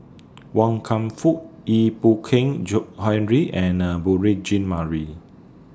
Wan Kam Fook Ee Boon Keng Henry and A Beurel Jean Marie